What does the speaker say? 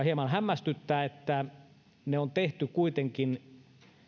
hieman hämmästyttää että ne on tehty kuitenkin